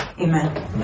Amen